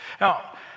Now